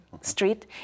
Street